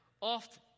often